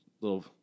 little